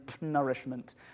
nourishment